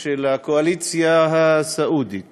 של הקואליציה הסעודית